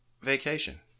vacation